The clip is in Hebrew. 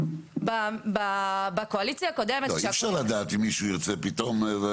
לא, אי אפשר לדעת אם מישהו ירצה פתאום.